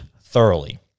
thoroughly